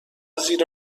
زیر